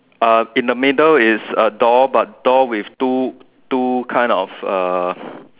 uh in the middle is a door but door with two two kind of uh